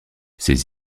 ses